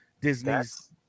Disney's